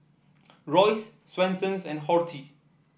Royce Swensens and Horti